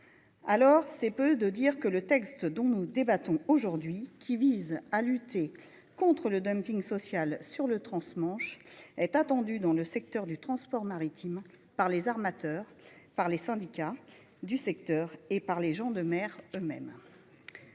bord. C'est donc peu dire que le texte dont nous débattons aujourd'hui, qui vise à lutter contre le dumping social sur le transmanche, est attendu dans le secteur du transport maritime par les armateurs, par les syndicats du secteur et par les gens de mer eux-mêmes.